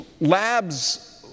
Labs